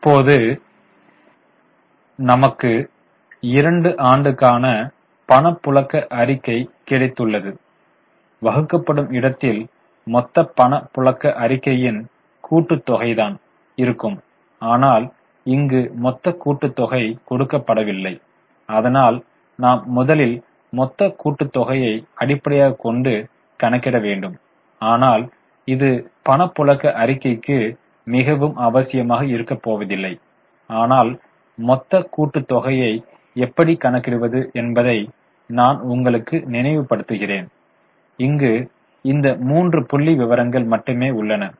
இப்போது நமக்கு 2 ஆண்டுக்கான பணப்புழக்க அறிக்கை கிடைத்துள்ளது வகுக்கப்படும் இடத்தில் மொத்த பணப் புழக்க அறிக்கையின் கூட்டு தொகை தான் இருக்கும் ஆனால் இங்கு மொத்த கூட்டு தொகை கொடுக்கப்படவில்லை அதனால் நாம் முதலில் மொத்த கூட்டு தொகையை அடிப்படையாக கொண்டு கணக்கிட வேண்டும் ஆனால் இது பணப்புழக்க அறிக்கைக்கு மிகவும் அவசியமாக இருக்க போவதில்லை ஆனால் மொத்த கூட்டு தொகையை எப்படி கணக்கிடுவது என்பதை நான் உங்களுக்கு நினைவு படுத்துகிறேன் இங்கு இந்த 3 புள்ளிவிவரங்கள் மட்டுமே உள்ளன